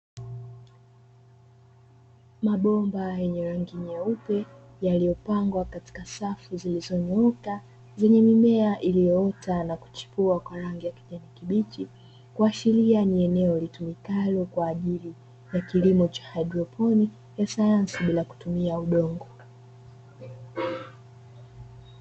Mabomba yenye rangi nyeupe yaliyopangwa katika safu zilizo nyooka zenye mimea iliyoota na kuchipua kwa rangi ya kijani kibichi kuashiria ni eneo litumikalo kwa ajili ya kilimo cha haidroponi ya sayansi bila kutumia udongo.